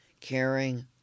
caring